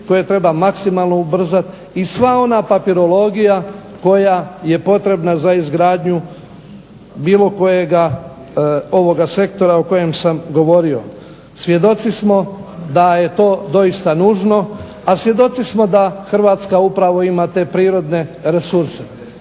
koje treba maksimalno ubrzati i sva ona papirologija koja je potrebna za izgradnju bilo kojega ovoga sektora o kojem sam govorio. Svjedoci smo da je to doista nužno, a svjedoci smo da Hrvatska upravo ima te prirodne resurse.